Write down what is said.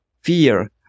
fear